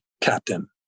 captain